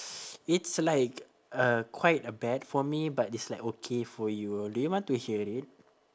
it's like uh quite a bad for me but it's like okay for you do you want to hear it